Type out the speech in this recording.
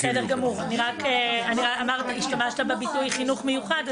בסדר גמור, השתמשת בביטוי חינוך מיוחד.